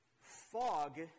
Fog